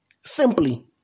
Simply